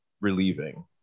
relieving